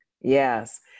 Yes